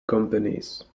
companies